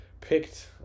picked